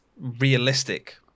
realistic